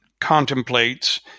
contemplates –